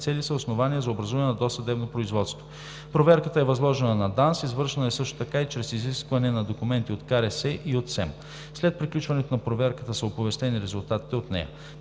ли са основания за образуване на досъдебно производство. Проверката е възложена на ДАНС, извършена е също така и чрез изискване на документи от КРС и от СЕМ. След приключването на проверката са оповестени резултатите от нея.